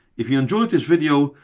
if you enjoyed this video,